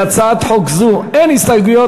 להצעת חוק זאת אין הסתייגויות,